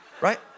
right